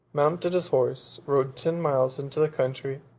mounted his horse, rode ten miles into the country,